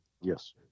Yes